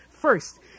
First